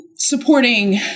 Supporting